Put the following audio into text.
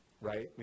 right